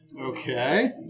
Okay